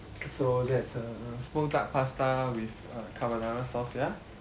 so that's a small duck pasta with uh carbonara sauce ya